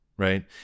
right